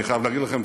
אני חייב להגיד לכם,